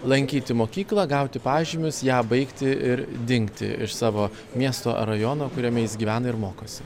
lankyti mokyklą gauti pažymius ją baigti ir dingti iš savo miesto ar rajono kuriame jis gyvena ir mokosi